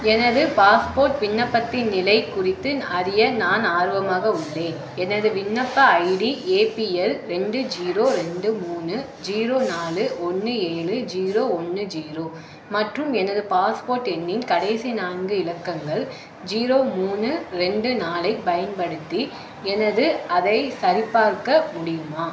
எனது பாஸ்போர்ட் விண்ணப்பத்தின் நிலை குறித்து அறிய நான் ஆர்வமாக உள்ளேன் எனது விண்ணப்ப ஐடி ஏபிஎல் ரெண்டு ஜீரோ ரெண்டு மூன்று ஜீரோ நான்கு ஒன்று ஏழு ஜீரோ ஒன்று ஜீரோ மற்றும் எனது பாஸ்போர்ட் எண்ணின் கடைசி நான்கு இலக்கங்கள் ஜீரோ மூன்று ரெண்டு நாலைப் பயன்படுத்தி எனது அதைச் சரிபார்க்க முடியுமா